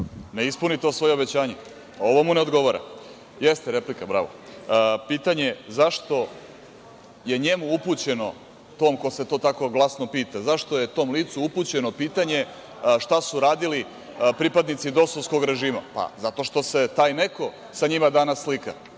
ne ispuni to svoje obećanje, ovo mu ne odgovara. Jeste, ovo je replika. Pitanje, zašto je njemu upućeno, tom kom se tako glasno pita, zašto je tom licu upućeno pitanje šta su radili pripadnici dosovskog režima. Pa, zato što se taj neko sa njima danas slika,